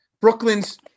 Brooklyn's